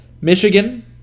Michigan